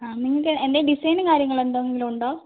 ആ നിൻ്റെ എൻ്റെ ഡിസൈനും കാര്യങ്ങളും എന്തെങ്കിലും ഉണ്ടോ